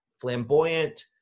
flamboyant